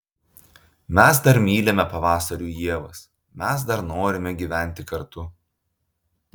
mes dar mylime pavasarių ievas mes dar norime gyventi kartu